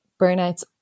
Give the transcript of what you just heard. burnouts